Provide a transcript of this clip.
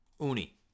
Uni